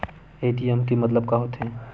ATM के मतलब का होथे?